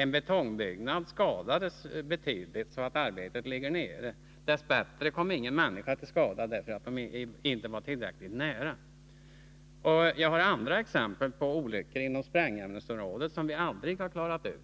En betongbyggnad skadades betydligt, så arbetet ligger nere. Dess bättre kom ingen människa till skada — ingen var tillräckligt nära. Jag kan ge andra exempel på olyckor inom sprängämnesområdet som aldrig har klarats ut